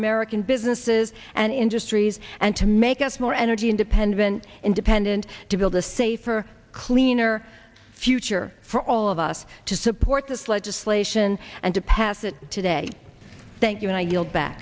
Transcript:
american businesses and industries and to make us more energy independent independent to build a safer cleaner future for all of us to support this legislation and to pass it today thank you